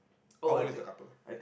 how old is the couple